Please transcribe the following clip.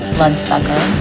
Bloodsucker